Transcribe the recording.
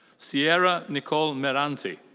sierra nicole merante.